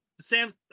Sam